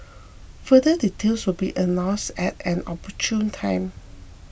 further details will be announced at an opportune time